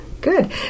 Good